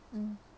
mm